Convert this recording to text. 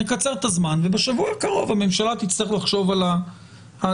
נקצר את הזמן ובשבוע הקרוב הממשלה תצטרך לחשוב על הדברים.